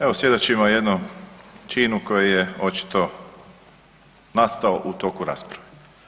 Evo svjedočimo jednom činu koji je očito nastao u toku rasprave.